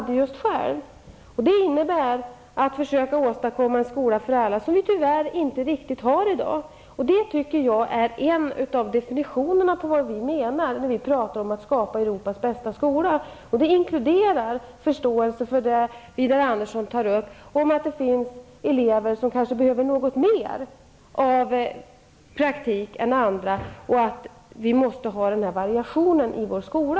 Det innebär att man måste försöka åstadkomma en skola för alla, vilket vi tyvärr inte riktigt har i dag. Det är en av definitionerna på vad vi menar när vi talar om att skapa Europas bästa skola. Det inkluderar förståelse för det som Widar Andersson tar upp om att det finns elever som kanske behöver mera av praktik än andra och att vi måste ha variation i vår skola.